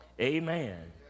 Amen